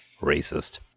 Racist